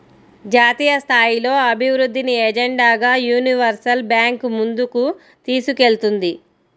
జాతీయస్థాయిలో అభివృద్ధిని ఎజెండాగా యూనివర్సల్ బ్యాంకు ముందుకు తీసుకెళ్తుంది